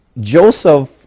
Joseph